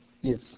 Yes